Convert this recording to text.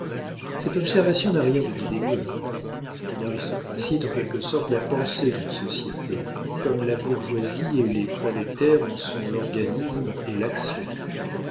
cette observation n'a rien de dédaigneux une aristocratie est en quelque sorte la pensée d'une société comme la bourgeoisie et les prolétaires en sont l'organisme et l'action